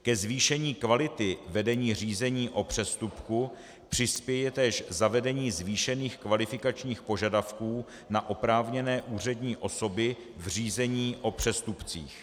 Ke zvýšení kvality vedení řízení o přestupku přispěje též zavedení zvýšení kvalifikačních požadavků na oprávněné úřední osoby v řízení o přestupcích.